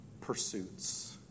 pursuits